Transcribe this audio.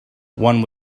one